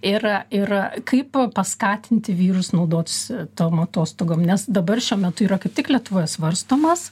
ir ir kaip paskatinti vyrus naudotis tom atostogom nes dabar šiuo metu yra kaip tik lietuvoje svarstomas